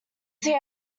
see